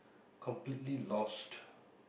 completely lost